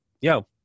yo